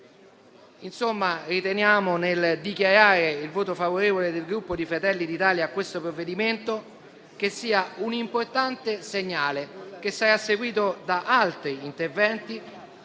Insomma, nel dichiarare il voto favorevole del Gruppo Fratelli d'Italia a questo provvedimento, riteniamo che sia un importante segnale, che sarà seguito da altri interventi